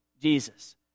Jesus